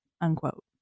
unquote